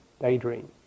daydream